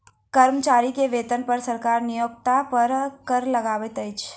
कर्मचारी के वेतन पर सरकार नियोक्ता पर कर लगबैत अछि